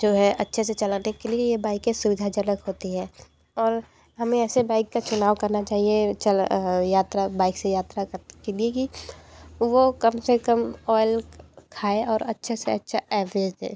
जो है अच्छे से चलाने के लिए ये बाइकें सुविधाजनक होती है और हमें ऐसे बाइक का चुनाव करना चाहिए चल यात्रा बाइक से यात्रा कर के लिए कि वो कम से कम ऑयल खाए और अच्छे से अच्छा एवरेज दे